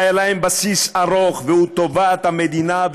היה להם בסיס ארוך והוא טובת המדינה,